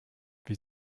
wie